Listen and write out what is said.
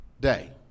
day